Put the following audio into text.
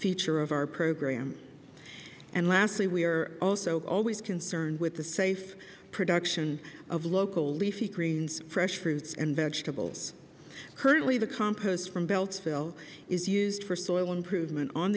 feature of our program and lastly we are also always concerned with the safe production of local leafy greens fresh fruits and vegetables currently the compost from beltsville is used for soil improvement on